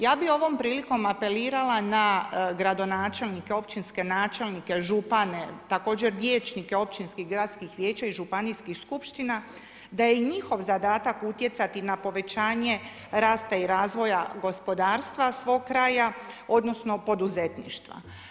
Ja bi ovom prilikom apelirala na gradonačelnika, općinske načelnika, župane, također vijećnike općinskih gradskih vijeća i županijskih skupština da je i njihov zadatak utjecati na povećanje rasta i razvoja gospodarstva svog kraja, odnosno poduzetništva.